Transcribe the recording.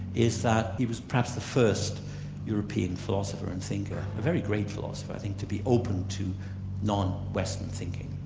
is that he was perhaps the first european philosopher and thinker, a very great philosopher i think, to be open to non-western thinking,